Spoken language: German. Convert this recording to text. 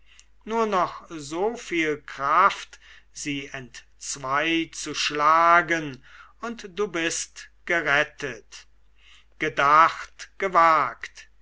nur noch so viel kraft sie entzwei zu schlagen und du bist gerettet gedacht gewagt